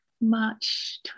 March